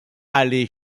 aller